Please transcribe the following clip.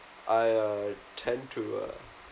I uh tend to uh